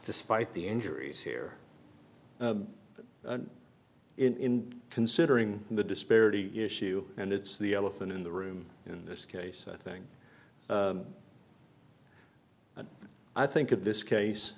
despite the injuries here in considering the disparity issue and it's the elephant in the room in this case i think and i think of this case